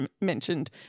mentioned